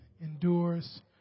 endures